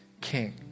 king